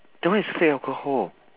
that one is fake alcohol